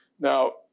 Now